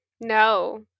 no